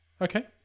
Okay